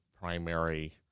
primary